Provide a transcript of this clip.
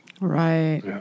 Right